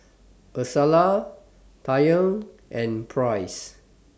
Ursula Taryn and Price